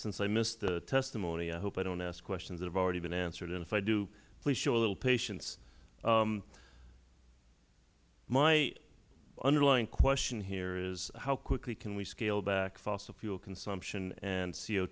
since i missed the testimony i hope i don't ask questions that have already been answered and if i do please show a little patience my underlying question here is how quickly can we scale back fossil fuel consumption and c